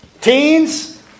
teens